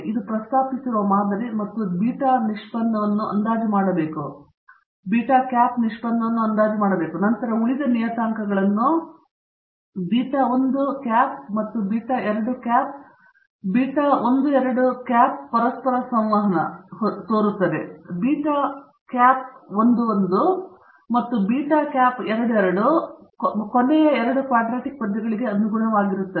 ಇದು ಪ್ರಸ್ತಾಪಿಸಿರುವ ಮಾದರಿ ಮತ್ತು ನೀವು ಬೀಟಾ ನಿಷ್ಪನ್ನವನ್ನು ಅಂದಾಜು ಮಾಡಬೇಕು ಹ್ಯಾಟ್ ಮತ್ತು ನಂತರ ಉಳಿದ ನಿಯತಾಂಕಗಳನ್ನು beta hat 1 beta hat 2 beta hat 12 ಪರಸ್ಪರ ಸಂವಹನ ಬೀಟಾ ಹ್ಯಾಟ್ 11 ಮತ್ತು ಬೀಟಾ ಹ್ಯಾಟ್ 22 ಮತ್ತು ಕೊನೆಯ 2 ಕ್ವಾಡ್ರಟಿಕ್ ಪದಗಳಿಗೆ ಅನುಗುಣವಾಗಿರುತ್ತವೆ